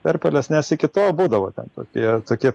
perpelės nes iki to būdavo ten tokie tokie